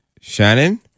Shannon